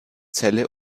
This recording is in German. celle